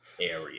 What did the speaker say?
area